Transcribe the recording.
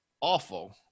awful